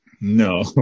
No